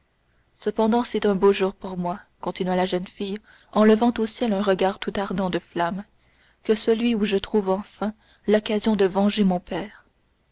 cependant c'est un beau jour pour moi continua la jeune fille en levant au ciel un regard tout ardent de flamme que celui où je trouve enfin l'occasion de venger mon père